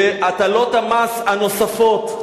והטלות המס הנוספות,